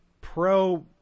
pro